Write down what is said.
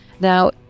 now